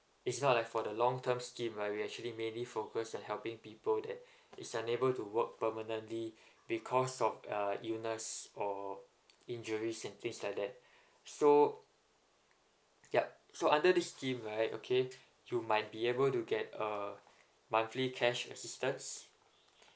it's not like for the long term scheme right we actually maybe focus on helping people that which unable to work permanently because of uh illness or injuries and things like that so yup so under this scheme right okay you might be able to get a monthly cash assistance